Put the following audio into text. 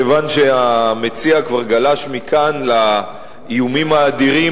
כיוון שהמציע כבר גלש מכאן לאיומים האדירים,